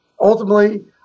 ultimately